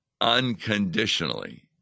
unconditionally